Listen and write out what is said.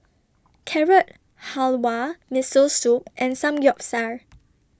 Carrot Halwa Miso Soup and Samgeyopsal